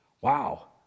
Wow